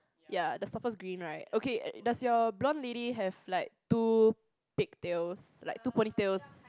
ya the stopper's green right okay does your blonde lady have like two pig tails like two pony tails